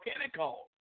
Pentecost